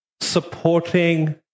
supporting